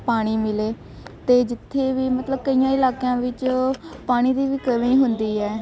ਪਾਣੀ ਮਿਲੇ ਅਤੇ ਜਿੱਥੇ ਵੀ ਮਤਲਬ ਕਈਆਂ ਇਲਾਕਿਆਂ ਵਿੱਚ ਪਾਣੀ ਦੀ ਵੀ ਕਮੀ ਹੁੰਦੀ ਹੈ